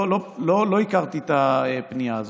לא הכרתי את הפנייה הזאת,